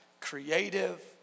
creative